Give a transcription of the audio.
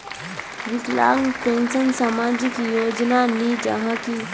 विकलांग पेंशन सामाजिक योजना नी जाहा की?